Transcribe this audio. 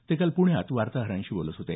ते काल पुण्यात वार्ताहरांशी बोलत होते